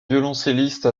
violoncelliste